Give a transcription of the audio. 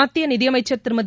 மத்திய நிதியமைச்ச் திருமதி